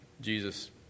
Jesus